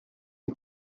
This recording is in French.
les